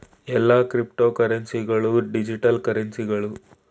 ಎಲ್ಲಾ ಕ್ರಿಪ್ತೋಕರೆನ್ಸಿ ಗಳು ಡಿಜಿಟಲ್ ಕರೆನ್ಸಿಗಳು